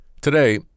Today